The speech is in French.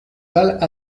val